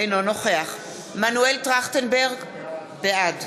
אינו נוכח מנואל טרכטנברג, בעד